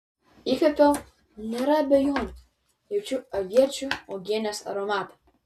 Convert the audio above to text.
įkvėpiau nėra abejonių jaučiu aviečių uogienės aromatą